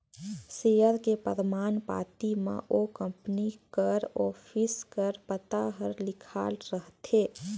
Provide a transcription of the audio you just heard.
share के परमान पाती म ओ कंपनी कर ऑफिस कर पता हर लिखाल रहथे